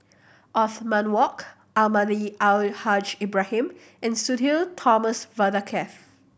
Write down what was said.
Othman Wok Almahdi Al Haj Ibrahim and Sudhir Thomas Vadaketh